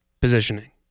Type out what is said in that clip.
positioning